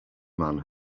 man